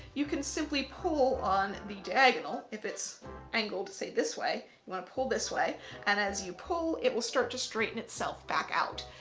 you can simply pull on the diagonal. if it's angled say this way, you want to pull this way and as you pull, it will start to straighten itself back out.